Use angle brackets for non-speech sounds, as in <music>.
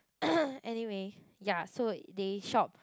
<noise> anyway ya so they shop